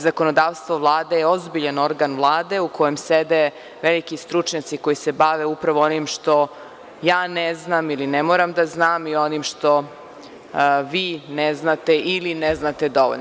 Zakonodavstvo Vlade je ozbiljan organ Vlade, u kojem sede veliki stručnjaci koji se bave upravo onim što ja ne znam ili ne moram da znam i onim što vi ne znate ili ne znate dovoljno.